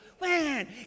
Man